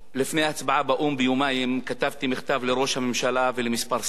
יומיים לפני ההצבעה באו"ם כתבתי מכתב לראש הממשלה ולכמה שרים.